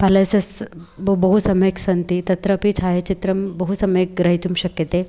palaces बहु सम्यक् सन्ति तत्रपि छायाचित्रं बहु सम्यक् ग्रहीतुं शक्यते